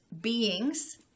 beings